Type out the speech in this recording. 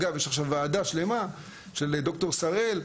אגב יש עכשיו ועדה שלמה של ד"ר שראל,